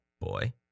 boy